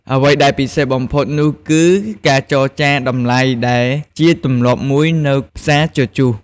អ្វីដែលពិសេសបំផុតនោះគឺ ការចរចា តម្លៃ ដែលជាទម្លាប់មួយនៅផ្សារជជុះ។